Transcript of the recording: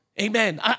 Amen